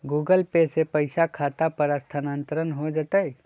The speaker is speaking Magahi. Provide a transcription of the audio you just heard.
गूगल पे से पईसा खाता पर स्थानानंतर हो जतई?